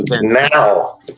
now